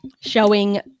showing